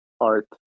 art